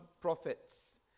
prophets